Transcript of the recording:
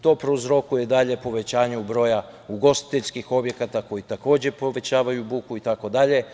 To prouzrokuje dalje povećanje broja ugostiteljskih objekata, koji takođe povećavaju buku itd.